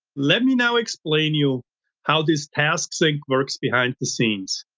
let me now explain you how this task sync works behind the scenes.